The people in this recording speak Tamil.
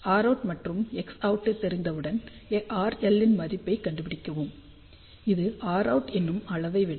Rout மற்றும் Xout தெரிந்தவுடன் RL இன் மதிப்பைக் கண்டுபிடிக்கவும் இது Rout என்னும் அளவை விட